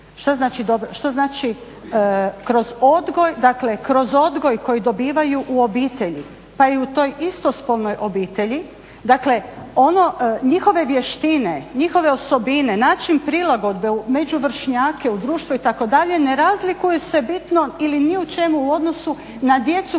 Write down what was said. Što znači, dakle kroz odgoj koji dobivaju u obitelji pa i u toj istospolnoj obitelji, dakle njihove vještine, njihove osobine, način prilagodbe među vršnjake u društvu itd., ne razlikuje se bitno ili ni u čemu u odnosu na djecu